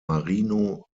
marino